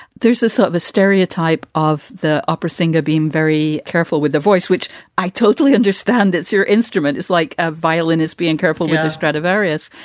there's a sort of a stereotype of the opera singer being very careful with the voice, which i totally understand. that's your instrument is like a violin is being careful with the stradivarius.